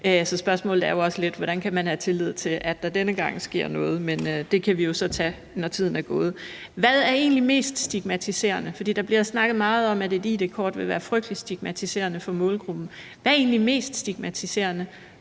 Så spørgsmålet er jo også lidt, hvordan man kan have tillid til, at der denne gang sker noget. Men det kan vi jo så tage, når tiden er gået. Hvad er egentlig mest stigmatiserende, for der bliver snakket meget om, at et id-kort vil være frygtelig stigmatiserende for målgruppen: at kunne forevise et